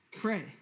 pray